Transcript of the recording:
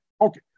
okay